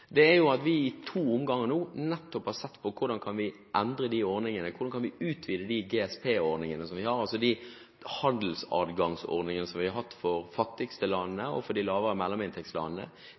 I to omganger har vi nå nettopp sett på hvordan vi kan endre de ordningene, utvide de GSP-ordningene vi har – altså de handelsadgangsordningene vi har hatt for de fattigste landene og for de lavere mellominntektslandene